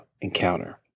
encounter